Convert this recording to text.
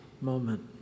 moment